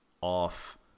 Off